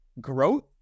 growth